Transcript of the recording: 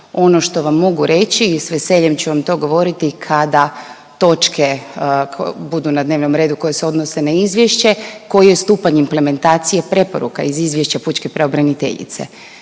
Ono što vam mogu reći i s veseljem ću vam to govoriti kada točke budu na dnevnom redu koje se odnose na izvješće, koji je stupanj implementacije preporuka iz izvješća pučke pravobraniteljice.